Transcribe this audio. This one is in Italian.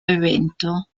evento